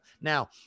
Now